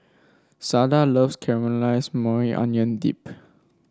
Sada loves Caramelized Maui Onion Dip